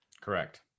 Correct